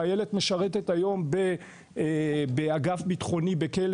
חיילת משרתת היום באגף ביטחוני בכלא